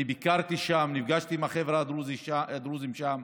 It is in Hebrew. ואני ביקרתי שם, נפגשתי עם החבר'ה הדרוזים שם.